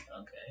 Okay